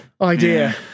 idea